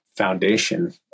foundation